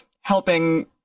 helping